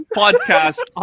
podcast